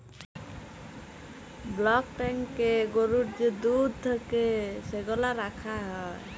block ট্যাংকয়ে গরুর যে দুহুদ থ্যাকে সেগলা রাখা হ্যয়